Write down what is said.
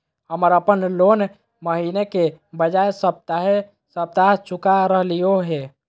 हम अप्पन लोन महीने के बजाय सप्ताहे सप्ताह चुका रहलिओ हें